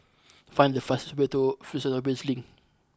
find the fastest way to Fusionopolis Link